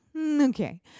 Okay